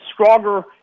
stronger